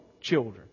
children